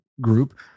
group